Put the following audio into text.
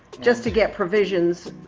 just to get provisions.